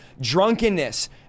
drunkenness